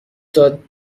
داد